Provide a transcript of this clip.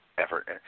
effort